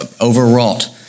overwrought